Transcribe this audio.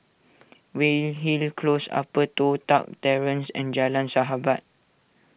Weyhill Close Upper Toh Tuck Terrace and Jalan Sahabat